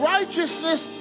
Righteousness